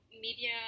media